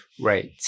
Right